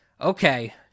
Okay